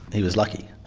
he was lucky.